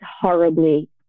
horribly